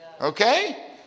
Okay